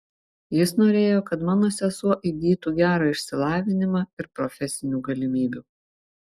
jis norėjo kad mano sesuo įgytų gerą išsilavinimą ir profesinių galimybių